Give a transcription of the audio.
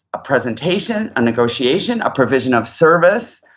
a presentation, a negotiation, a provision of service.